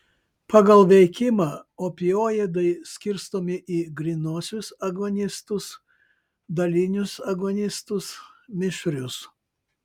pagal veikimą opioidai skirstomi į grynuosius agonistus dalinius agonistus mišrius